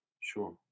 sure